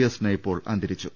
S Naipaul അന്തരിച്ചു